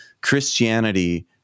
Christianity